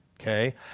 Okay